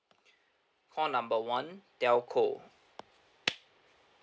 call number one telco